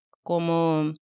como